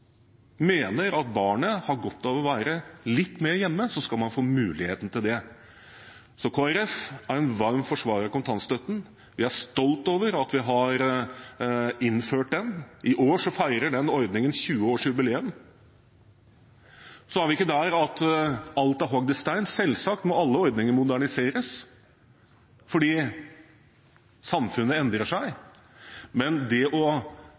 mener at barnet har godt av å være litt mer hjemme, så skal man få muligheten til det. Så Kristelig Folkeparti er en varm forsvarer av kontantstøtten, og vi er stolte over at vi har innført den. I år feirer ordningen 20-årsjubileum. Så er vi ikke der at alt er hogd i stein. Selvsagt må alle ordninger moderniseres fordi samfunnet endrer seg, men det å